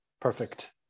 perfect